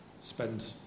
spend